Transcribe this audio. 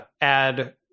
add